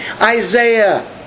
Isaiah